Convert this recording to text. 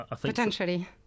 Potentially